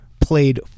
played